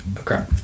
Okay